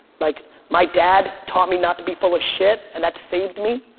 like my dad taught me not to be full of shit and that saved me.